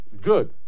Good